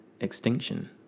extinction